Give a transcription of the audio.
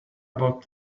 about